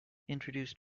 introduced